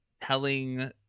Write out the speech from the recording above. telling